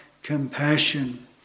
compassion